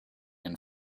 and